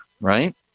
right